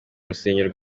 rusengero